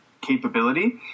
capability